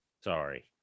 Sorry